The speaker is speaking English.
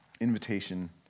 invitation